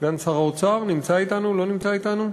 סגן שר האוצר, נמצא אתנו, לא נמצא אתנו?